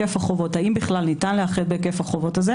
היקף החובות,